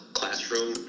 classroom